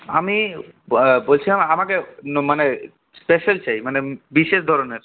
আমি বলছিলাম আমাকে মানে স্পেশাল চাই মানে বিশেষ ধরনের